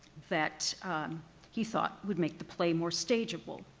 that he thought would make the play more stageable.